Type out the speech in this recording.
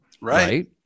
Right